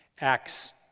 Acts